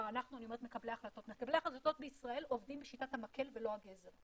מקבלי החלטות בישראל עובדים בשיטת המקל ולא בשיטת הגזר.